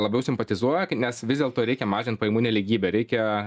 labiau simpatizuoja nes vis dėlto reikia mažint pajamų nelygybę reikia